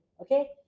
okay